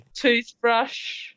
toothbrush